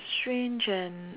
strange and